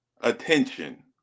attention